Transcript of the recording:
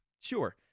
Sure